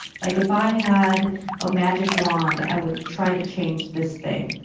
like, if i had a magic wand, i would try to change this thing,